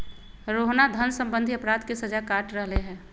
रोहना धन सम्बंधी अपराध के सजा काट रहले है